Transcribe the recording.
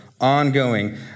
ongoing